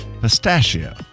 pistachio